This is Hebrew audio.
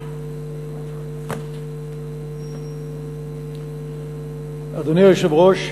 אדוני היושב-ראש,